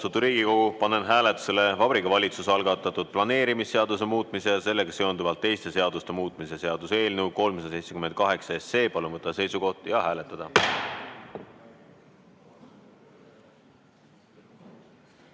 panen hääletusele Vabariigi Valitsuse algatatud planeerimisseaduse muutmise ja sellega seonduvalt teiste seaduste muutmise seaduse eelnõu 378. Palun võtta seisukoht ja hääletada!